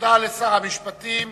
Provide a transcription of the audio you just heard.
תודה לשר המשפטים.